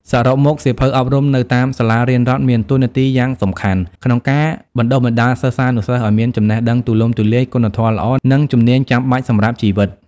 សរុបមក សៀវភៅអប់រំនៅតាមសាលារៀនរដ្ឋមានតួនាទីយ៉ាងសំខាន់ក្នុងការបណ្តុះបណ្តាលសិស្សានុសិស្សឱ្យមានចំណេះដឹងទូលំទូលាយ គុណធម៌ល្អ និងជំនាញចាំបាច់សម្រាប់ជីវិត។